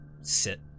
sit